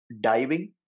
diving